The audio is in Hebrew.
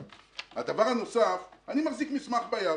הדבר הנוסף אני מחזיק מסמך ביד.